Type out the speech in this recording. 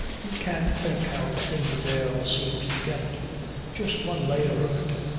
you can't think how thin the veil seems to get just one layer of it.